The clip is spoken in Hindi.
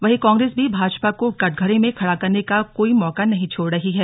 वहीं कांग्रेस भी भाजपा को कठघरे में खड़ा करने का कोई मौका नहीं छोड़ रही है